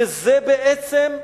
וזה בעצם,